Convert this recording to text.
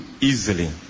easily